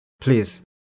Please